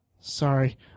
sorry